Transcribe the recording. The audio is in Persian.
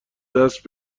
دست